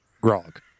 Grog